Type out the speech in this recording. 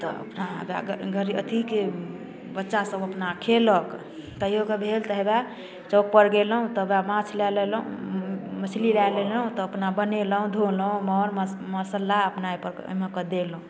तब अपना हय वा गऽ गरी अथीके बच्चा सभ अपना खयलक कहिओ कऽ भेल तऽ हबै चौक पर गेलौ तऽ हबै माछ लै लेलहुँ मछली लै लेलहुँ तऽ अपना बनेलहुँ धोलहुँ मर मस मसल्ला अपना ओहि पर कऽ एहिमे कऽ देलहुँ